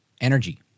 energy